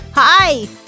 Hi